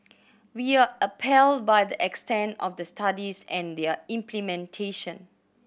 we are appalled by the extent of the studies and their implementation